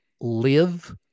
live